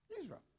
Israel